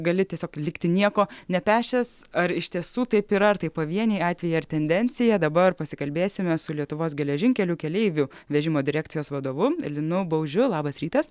gali tiesiog likti nieko nepešęs ar iš tiesų taip yra ar tai pavieniai atvejai ar tendencija dabar pasikalbėsime su lietuvos geležinkelių keleivių vežimo direkcijos vadovu linu baužiu labas rytas